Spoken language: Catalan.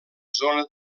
zona